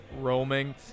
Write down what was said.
roaming